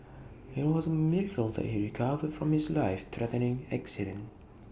IT was A miracle that he recovered from his life threatening accident